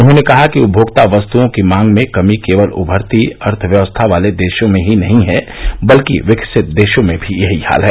उन्होंने कहा कि उपमोक्ता वस्तुओं की मांग में कमी केवल उमरती अर्थव्यवस्था वाले देशों में ही नही है बल्क विकसित देशों में भी यही हाल है